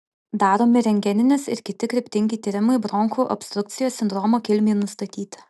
daromi rentgeninis ir kiti kryptingi tyrimai bronchų obstrukcijos sindromo kilmei nustatyti